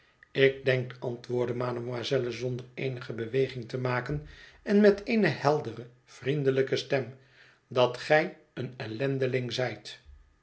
ik denk antwoordde mademoiselle zonder eenige beweging te maken en met eene heldere vriendelijke stem dat gij een ellendeling zijt